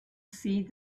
see